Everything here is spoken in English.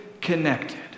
connected